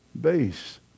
base